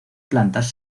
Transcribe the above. plantas